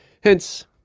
Hence